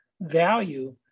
value